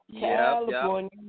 California